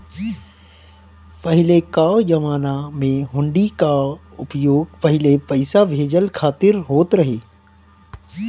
पहिले कअ जमाना में हुंडी कअ उपयोग पहिले पईसा भेजला खातिर होत रहे